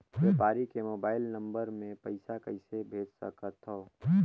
व्यापारी के mobile number मे पईसा कइसे भेज सकथव?